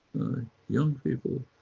young people